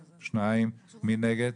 2. מי נגד?